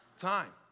Time